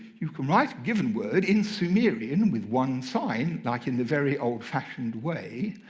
you can write a given word in sumerian with one sign, like in the very old-fashioned way,